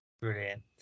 Brilliant